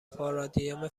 پارادایم